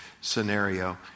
scenario